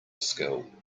skill